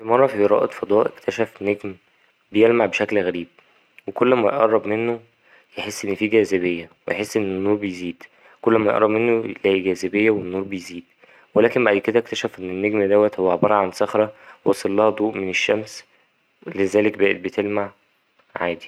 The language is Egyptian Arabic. مرة فيه رائد فضاء أكتشف نجم بيلمع بشكل غريب وكل ما يقرب منه يحس إن فيه جاذبية ويحس إن النور بيزيد كل مايقرب منه يلاقي جاذبية والنور بيزيد ولكن بعد كده أكتشف إن النجم دوت هو عبارة عن صخرة واصلها ضوء من الشمس لذلك بقت بتلمع عادي.